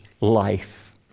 life